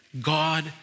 God